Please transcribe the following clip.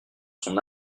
son